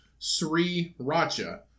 Sriracha